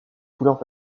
couleurs